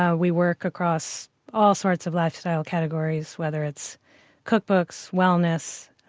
ah we work across all sorts of lifestyle categories whether it's cookbooks, wellness,